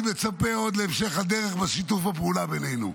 מצפה עוד להמשך הדרך בשיתוף הפעולה בינינו.